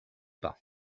pas